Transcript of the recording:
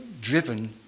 driven